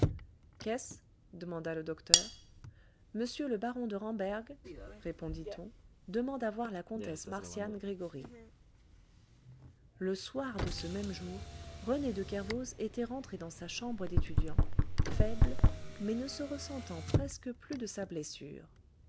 qu'est-ce demanda le docteur m le baron de ramberg répondit-on demande à voir la comtesse marcian gregory le soir de ce même jour rené de kervoz était rentré dans sa chambre d'étudiant faible mais ne se ressentant presque plus de sa blessure